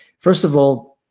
first of all,